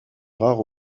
rare